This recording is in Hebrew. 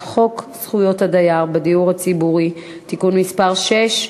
חוק זכויות הדייר בדיור הציבורי (תיקון מס' 6)